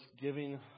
giving